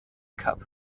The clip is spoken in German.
cup